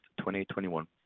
2021